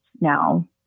now